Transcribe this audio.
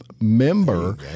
member